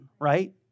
right